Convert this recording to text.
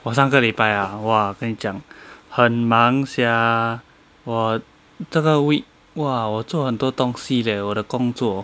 我上个礼拜 ah !wah! 我跟你讲很忙 sia 我这个 week !wah! 我做很多东西 leh 我的工作